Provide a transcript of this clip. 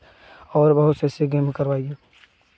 और बहुत से ऐसे गेम हैं करवाईए